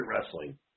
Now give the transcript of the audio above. wrestling